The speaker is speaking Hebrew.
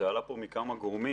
זה עלה פה מכמה גורמים,